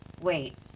Wait